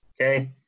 okay